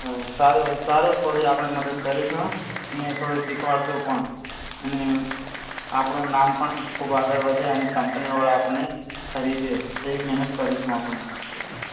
ઓ સારું સારું થોડી આપણે મદદ કરીશું ને થોડું શીખવાડીશું પણ અને આપણું નામ પણ ખૂબ આગળ વધે અને કંપનીઓવાળા આપણને ખરીદે તેવી મહેનત કરીશું આપણે